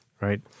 right